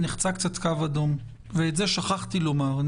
נחצה קצת קו אדום ואת זה שכחתי לומר.